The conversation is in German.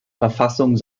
verfassung